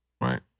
right